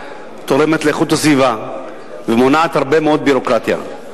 תורמת לאיכות הסביבה ומונעת הרבה מאוד ביורוקרטיה.